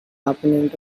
opponent